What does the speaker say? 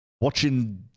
watching